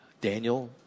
Daniel